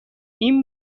این